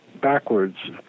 backwards